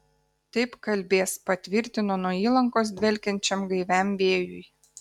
taip kalbės patvirtino nuo įlankos dvelkiančiam gaiviam vėjui